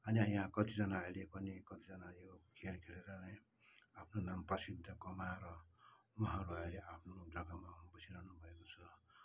अनि यहाँ कतिजना अहिले पनि कतिजना यो खेल खेलेर नै आफ्नो नाम प्रसिद्ध कमाएर उहाँहरू अहिले आफ्नो जग्गामा बसिरहनु भएको छ